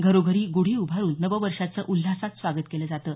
घरोघरी गुढी उभारून नववर्षाचं उल्हासात स्वागत केलं जातं